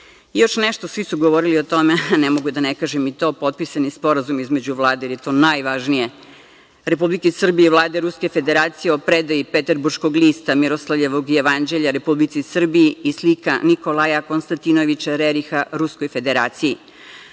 nešto, svi su govorili o tome, a ne mogu da ne kažem i to, potpisan je Sporazum, jer je to najvažnije, između Vlade Republike Srbije i Vlade Ruske Federacije o predaji Peterburškog lista Miroslavljevog jevanđelja Republici Srbiji i slika Nikolaja Konstantinoviča Reriha Ruskoj Federaciji.